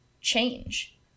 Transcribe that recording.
change